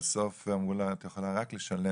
בסוף אמרו לה את יכולה רק לשלם.